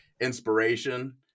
inspiration